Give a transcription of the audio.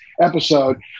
episode